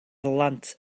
lawnt